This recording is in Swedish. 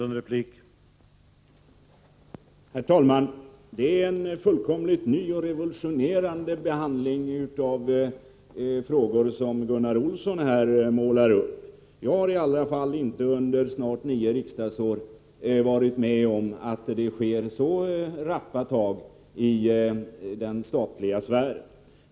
Herr talman! Det är en fullkomligt ny och revolutionerande behandling av frågor som Gunnar Olsson målar upp. Jag har i alla fall inte under snart nio riksdagsår varit med om att det sker så rappa tag i den statliga sfären.